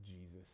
Jesus